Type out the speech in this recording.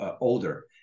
older